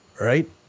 right